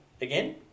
again